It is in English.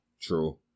True